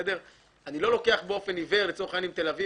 אני לא לוקח באופן עיוור את תל-אביב,